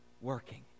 working